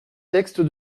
texte